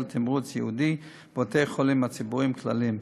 תמרוץ ייעודי בבתי-החולים הציבוריים כלליים.